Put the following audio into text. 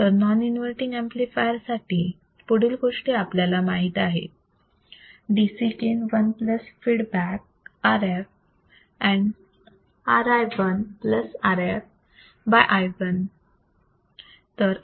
तर non inverting amplifier साठी पुढील गोष्टी आपल्याला माहित आहेत dc gain 1 plus feedback Rf and Ri1 plus Rf by Ri